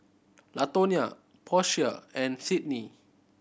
Latonia Portia and Sydney